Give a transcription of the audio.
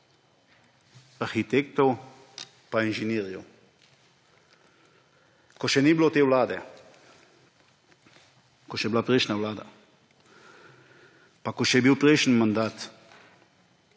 arhitektov in inženirjev. Ko še ni bilo te vlade, ko je še bila prejšnja vlada pa ko je še bil prejšnji mandat,